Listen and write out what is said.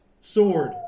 sword